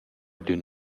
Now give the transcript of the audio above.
d’ün